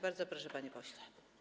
Bardzo proszę, panie pośle.